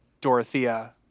Dorothea